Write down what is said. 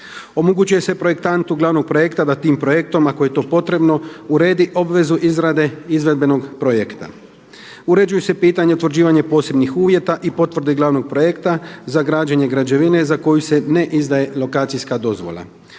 Omogućuje se projektantu glavnog projekta da tim projektom ako je to potrebno uredi obvezu izrade izvedbenog projekta. Uređuje se pitanje utvrđivanja posebnih uvjeta i potvrde glavnog projekta za građene građevine za koju se ne izdaje lokacijska dozvola.